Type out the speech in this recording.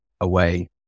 away